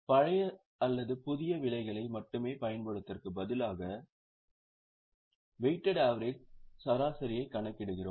பழைய அல்லது புதிய விலைகளை மட்டுமே பயன்படுத்துவதற்குப் பதிலாக வெய்ட்டேட் ஆவெரேஜ் சராசரியைக் கணக்கிடுகிறோம்